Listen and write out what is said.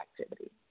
activity